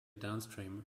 downstream